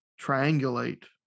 triangulate